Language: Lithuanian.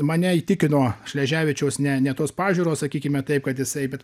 mane įtikino šleževičiaus ne ne tos pažiūros sakykime taip kad jisai bet